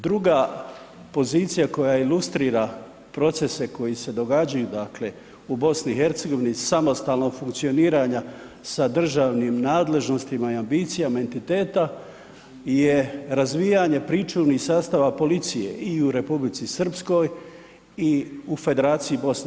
Druga pozicija koja ilustrira procese koji se događaju dakle u BiH samostalnog funkcioniranja sa državnim nadležnostima i ambicijama entiteta je razvijanje pričuvnih sastava policije i u Republici Srpskoj i u Federaciji BiH.